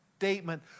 statement